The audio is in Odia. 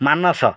ମାନସ